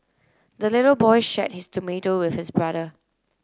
the little boy shared his tomato with his brother